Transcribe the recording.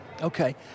Okay